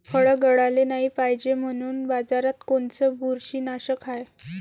फळं गळाले नाही पायजे म्हनून बाजारात कोनचं बुरशीनाशक हाय?